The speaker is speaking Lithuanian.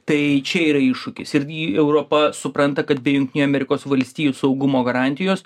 tai čia yra iššūkis ir europa supranta kad be jungtinių amerikos valstijų saugumo garantijos